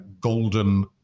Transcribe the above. golden